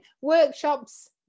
workshops